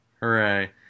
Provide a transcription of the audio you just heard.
Hooray